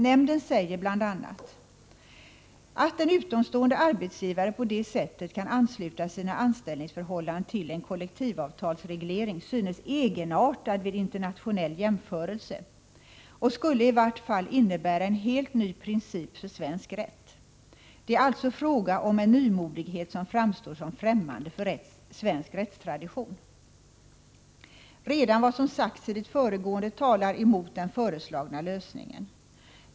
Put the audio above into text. Nämnden säger bl.a.: ”Att en utomstående arbetsgivare på det sättet kan ansluta sina anställningsförhållanden till en kollektivavtalsreglering synes egenartat vid en internationell jämförelse och skulle i vart fall innebära en helt ny princip för svensk rätt. Det är alltså fråga om en nymodighet som framstår som främmande för svensk rättstradition. Redan vad som sagts i det föregående talar emot den föreslagna lösningen.